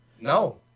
No